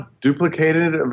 duplicated